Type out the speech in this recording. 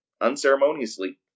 unceremoniously